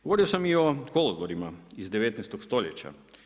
Govorio sam i o kolodvorima iz 19 stoljeća.